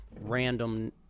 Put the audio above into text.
random